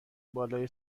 بالا